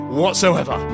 whatsoever